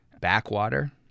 backwater